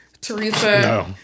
Teresa